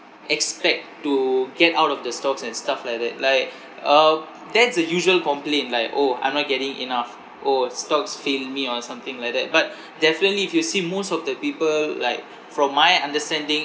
expect to get out of the stocks and stuff like that like um that's the usual complain like orh I'm not getting enough orh stocks fail me or something like that but definitely if you see most of the people like from my understanding